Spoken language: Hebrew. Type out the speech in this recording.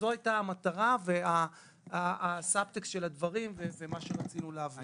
זאת הייתה המטרה של הדברים ומה שרצינו להבהיר.